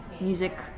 music